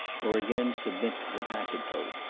or again submit to the packet-boat.